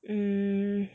hmm